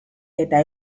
eta